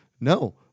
No